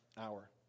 hour